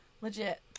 Legit